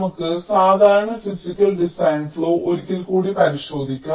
നമുക്ക് സാധാരണ physical design flow ഒരിക്കൽ കൂടി പരിശോധിക്കാം